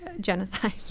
genocide